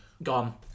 gone